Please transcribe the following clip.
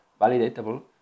validatable